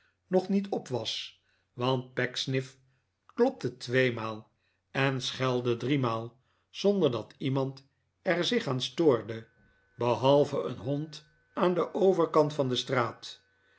nog niet op was want pecksniff klopte tweemaal en schelde driemaal zonder dat iemand er zich aan stoorde behalve een hond aan den overkant van de straat